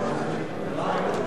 נתקבלו.